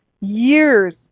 years